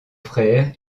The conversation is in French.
frères